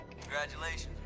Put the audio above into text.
Congratulations